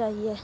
जाइयै